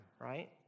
right